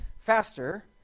faster